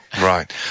Right